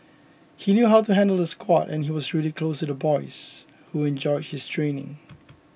he knew how to handle the squad and he was really close to the boys who enjoyed his training